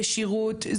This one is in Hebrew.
ישירות,